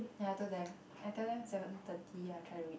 ya I told them I told them seven thirty I try to reach